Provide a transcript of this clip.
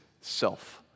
self